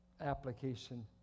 application